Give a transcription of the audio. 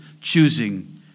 choosing